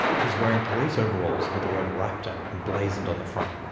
he's wearing police overalls with the word raptor emblazoned on the front.